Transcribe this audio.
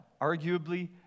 arguably